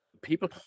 People